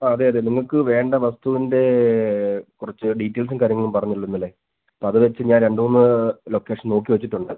ആ അതെ അതെ നിങ്ങൾക്ക് വേണ്ട വസ്തുവിൻ്റെ കുറച്ച് ഡീറ്റെയിൽസും കാര്യങ്ങളും പറഞ്ഞില്ലേ ഇന്നലെ അപ്പോൾ അത് വെച്ച് ഞാൻ രണ്ട് മൂന്ന് ലൊക്കേഷൻ നോക്കി വെച്ചിട്ടുണ്ട്